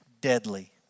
deadly